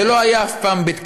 זה לא היה אף פעם בית כנסת,